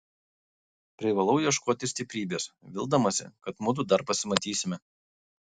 privalau ieškoti stiprybės vildamasi kad mudu dar pasimatysime